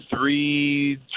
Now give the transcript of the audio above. three